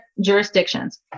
jurisdictions